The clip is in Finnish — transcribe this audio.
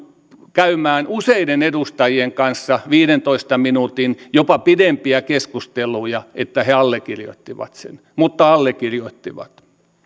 käymään useiden edustajien kanssa viidentoista minuutin jopa pidempiä keskusteluja että he allekirjoittivat sen mutta allekirjoittivat